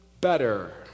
better